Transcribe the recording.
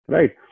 Right